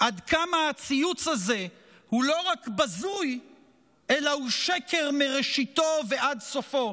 עד כמה הציוץ הזה הוא לא רק בזוי אלא הוא שקר מראשיתו ועד סופו,